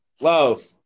love